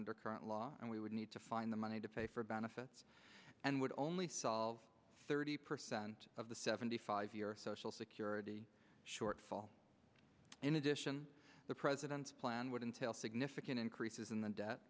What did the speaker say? under current law and we would need to find the money to pay for benefits and would only solve thirty percent of the seventy five year social security shortfall in addition the president's plan would entail significant increases in the debt